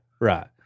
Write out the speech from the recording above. right